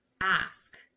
ask